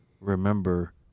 remember